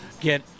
Get